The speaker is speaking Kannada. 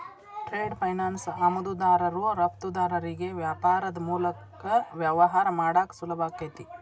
ಟ್ರೇಡ್ ಫೈನಾನ್ಸ್ ಆಮದುದಾರರು ರಫ್ತುದಾರರಿಗಿ ವ್ಯಾಪಾರದ್ ಮೂಲಕ ವ್ಯವಹಾರ ಮಾಡಾಕ ಸುಲಭಾಕೈತಿ